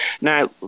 Now